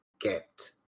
get